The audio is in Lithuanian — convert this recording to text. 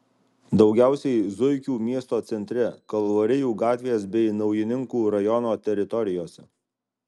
daugiausiai zuikių miesto centre kalvarijų gatvės bei naujininkų rajono teritorijose